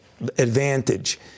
advantage